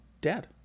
dad